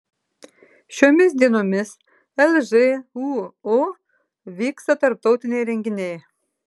šiomis dienomis lžūu vyksta tarptautiniai renginiai